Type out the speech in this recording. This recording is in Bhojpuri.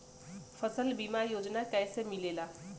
फसल बीमा योजना कैसे मिलेला?